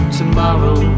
tomorrow